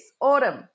Autumn